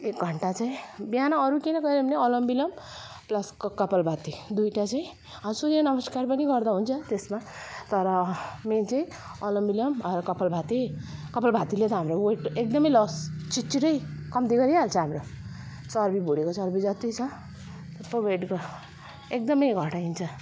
एक घन्टा चाहिँ बिहान अरू केही नगरे पनि अनुलोम बिलोम प्लस क कपाल भाती दुइटा चैँ अँ सूर्य नमस्कार गर्दा पनि हुन्छ त्यसमा तर मेन चाहिँ अनुलोम बिलोम अरू कपाल भाती कपाल भातीले हाम्रो वेट एकदमै लोस छिटो छिटै कम्ती गरिहाल्छ हाम्रो चर्बी भुँडीको चर्बी जति छ थुप्रै वेट घ एकदमै घटाइदिन्छ